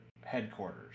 headquarters